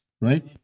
Right